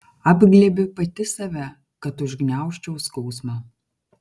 apglėbiu pati save kad užgniaužčiau skausmą